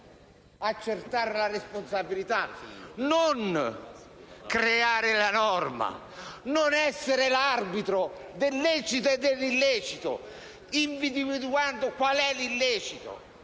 accertare la responsabilità e non creare la norma, non deve essere l'arbitro del lecito e dell'illecito, individuando qual è l'illecito